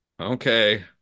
Okay